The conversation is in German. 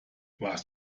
warst